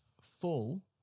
full